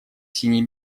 синей